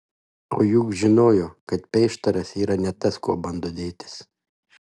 o juk žinojo kad peištaras yra ne tas kuo bando dėtis